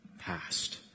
past